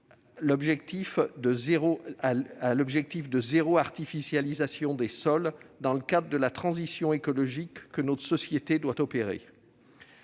à l'objectif de zéro artificialisation des sols dans le cadre de la transition écologique que notre société doit opérer.